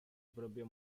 propio